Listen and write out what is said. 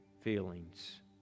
feelings